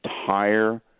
entire